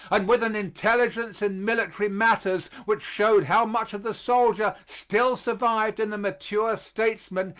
and with an intelligence in military matters which showed how much of the soldier still survived in the mature statesman,